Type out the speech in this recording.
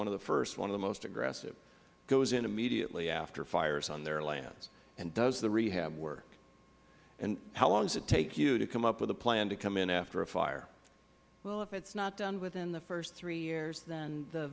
one of the first one of the most aggressive goes in immediately after fires on their lands and does the rehab work and how long does it take you to come up with a plan to come in after a fire ms kimbell well if it is not done within the first three years then the